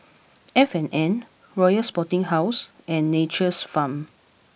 F and N Royal Sporting House and Nature's Farm